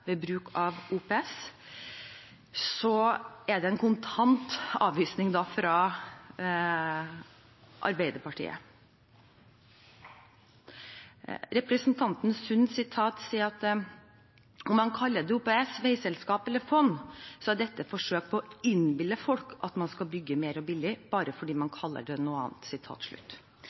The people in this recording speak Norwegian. ved bruk av OPS, er det en kontant avvisning fra Arbeiderpartiet. Representanten Sund sier: «Om man kaller det OPS, veiselskap eller fond så er dette et forsøk på å innbille folk at man skal bygge mer og billigere bare fordi man kaller det noe annet.»